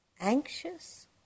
anxious